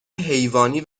حیوانی